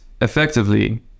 effectively